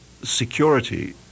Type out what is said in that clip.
security